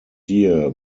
year